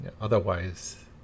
Otherwise